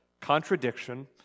contradiction